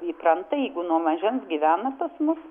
įpranta jeigu nuo mažens gyvena pas mus